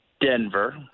Denver